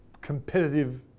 competitive